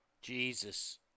Jesus